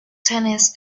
tennis